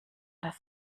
das